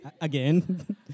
again